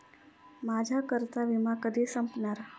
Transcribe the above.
माझ्या कारचा विमा कधी संपणार